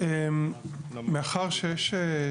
מאחר שיש,